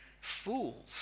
fools